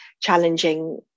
challenging